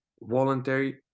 voluntary